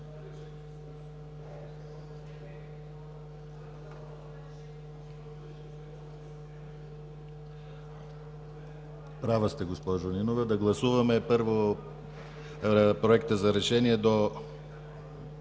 Права сте, госпожо Нинова. Да гласуваме първо Проекта за решение до